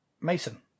Mason